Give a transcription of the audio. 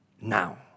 now